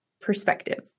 perspective